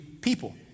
people